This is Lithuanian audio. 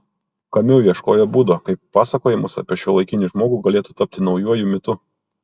kamiu ieškojo būdo kaip pasakojimas apie šiuolaikinį žmogų galėtų tapti naujuoju mitu